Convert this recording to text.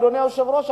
אדוני היושב-ראש,